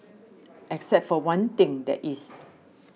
except for one thing that is